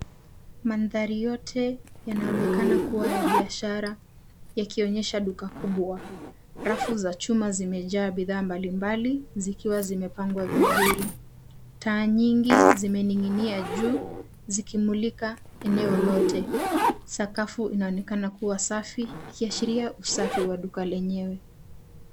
Mandhari yote yanaonekana kuwa ya biashara ikionyesha duka kubwa. Rafu za chuma zimejaa bidhaa mbalimbali zikiwa zimepangwa vizuri. Taa nyingi zimening'inia juu zikimlika eneo lote. Sakafu inaonekana kuwa safi ikiashiria usafi wa duka lenyewe.